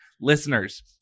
Listeners